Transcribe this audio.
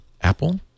Apple